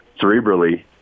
cerebrally